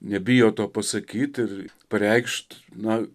nebijo to pasakyt ir pareikšt na